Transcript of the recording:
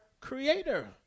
creator